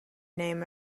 name